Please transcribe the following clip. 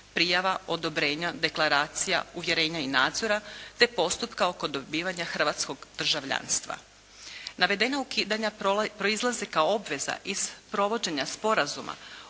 prijava, odobrenja, deklaracija, uvjerenja i nadzora, te postupka oko dobivanja hrvatskog državljanstva. Navedena ukidanja proizlaze kao obveza iz provođenja Sporazuma